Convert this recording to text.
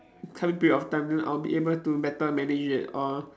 coming period of time then I'll be able to better manage it or